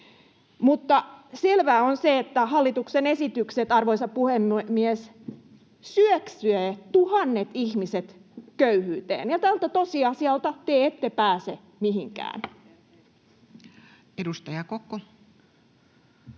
Mutta selvää on se, että hallituksen esitykset, arvoisa puhemies, syöksevät tuhannet ihmiset köyhyyteen, ja tältä tosiasialta te ette pääse mihinkään. [Speech 201]